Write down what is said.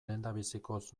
lehendabizikoz